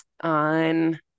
on